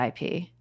IP